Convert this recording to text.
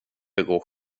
begå